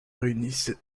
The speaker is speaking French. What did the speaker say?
réunissent